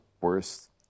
worst